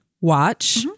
watch